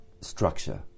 structure